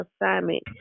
assignment